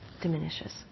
diminishes